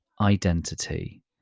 identity